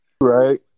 Right